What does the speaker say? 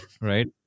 Right